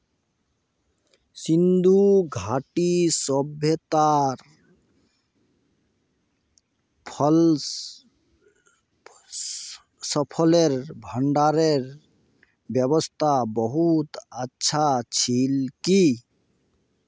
सिंधु घाटीर सभय्तात फसलेर भंडारनेर व्यवस्था बहुत अच्छा छिल की